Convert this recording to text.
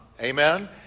Amen